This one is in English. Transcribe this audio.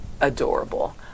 Adorable